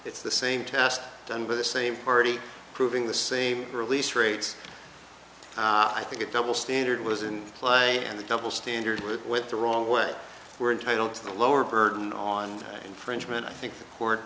it's the same test done by the same party proving the same release rates i think it double standard was in play and the double standard went the wrong way were entitled to the lower burden on infringement i think